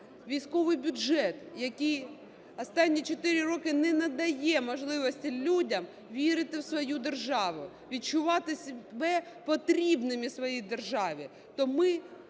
військовий бюджет, який останні 4 роки не надає можливості людям вірити в свою державу, відчувати себе потрібними своїй державі, то ми